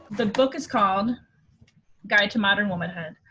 the book is called guide to modern womanhood.